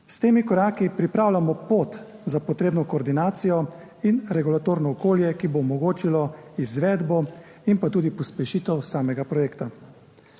s temi koraki pripravljamo pot za potrebno koordinacijo in regulatorno okolje, ki bo omogočilo izvedbo in pa tudi pospešitev samega projekta.